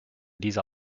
dieser